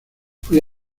fui